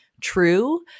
true